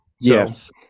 yes